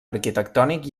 arquitectònic